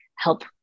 help